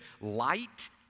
light